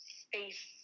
space